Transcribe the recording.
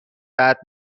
بعد